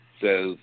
says